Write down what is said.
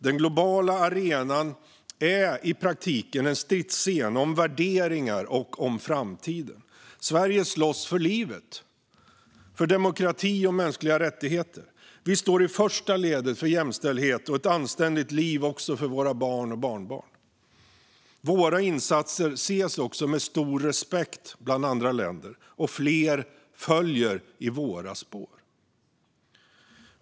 Den globala arenan är i praktiken en stridsscen om värderingar och om framtiden. Sverige slåss för livet - för demokrati och mänskliga rättigheter. Vi står i första ledet för jämställdhet och ett anständigt liv även för våra barn och barnbarn. Våra insatser ses också med stor respekt av andra länder, och fler följer i våra spår.